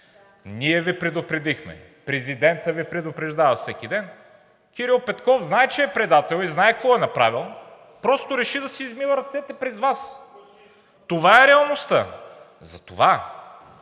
ние Ви предупредихме, президентът Ви предупреждава всеки ден, Кирил Петков знае, че е предател и знае какво е направил, просто реши да си измива ръцете през Вас. (Реплика от